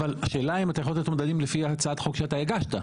אבל השאלה אם אתה יכול לתת אומדנים לפי הצעת החוק שאתה הגשת?